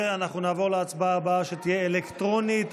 אלקטרונית.